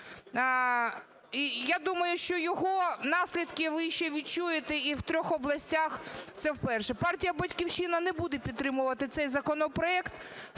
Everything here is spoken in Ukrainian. я думаю, що його наслідки ви ще відчуєте і в трьох областях. Це перше. Партія "Батьківщина" не буде підтримувати цей законопроект.